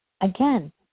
again